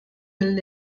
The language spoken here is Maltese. mill